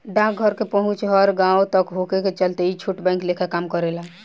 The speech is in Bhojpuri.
डाकघर के पहुंच हर एक गांव तक होखे के चलते ई छोट बैंक लेखा काम करेला